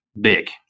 big